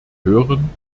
hören